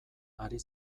ari